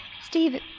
Steve